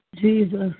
Jesus